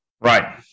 Right